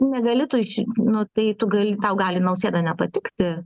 negali tu ši nu tai tu gali tau gali nausėda nepatikti